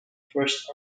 first